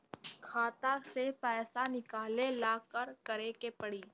खाता से पैसा निकाले ला का करे के पड़ी?